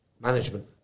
management